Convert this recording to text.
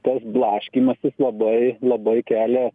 tas blaškymasis labai labai kelia